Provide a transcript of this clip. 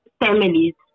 families